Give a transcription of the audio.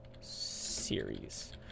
series